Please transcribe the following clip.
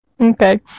okay